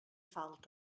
falta